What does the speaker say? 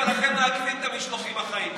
אבל אתם מעכבים את המשלוחים החיים,